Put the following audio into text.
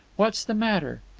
what's the matter?